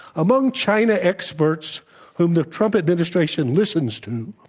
among china experts whom the trump administration listens to,